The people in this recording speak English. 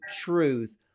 truth